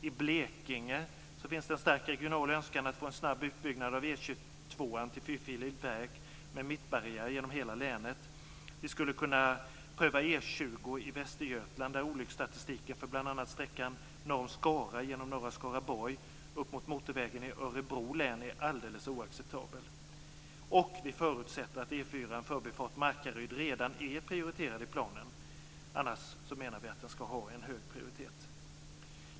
I Blekinge finns en stark regional önskan att få en snabb utbyggnad av E 22 till fyrfilig väg med mittbarriär genom hela länet. Vi skulle kunna pröva E 20 i Västergötland, där olycksstatistiken för bl.a. sträckan norr om Skara genom norra Skaraborg upp mot motorvägen i Örebro län är alldeles oacceptabel. Vi förutsätter att E 4 förbifart Markaryd redan är prioriterad i planen. Annars menar vi att den ska ha en hög prioritet.